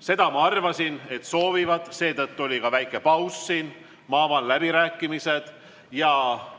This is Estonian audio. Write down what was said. Seda ma arvasin, et soovivad. Seetõttu tekkis ka väike paus. Ma avan läbirääkimised ja